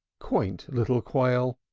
quaint little quail!